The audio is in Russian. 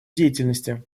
деятельности